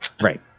Right